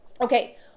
Okay